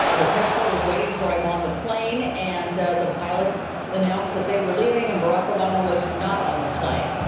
ah the press corps was waiting for him on the plane and the pilot announced that they were leaving and barack obama was not on the plane.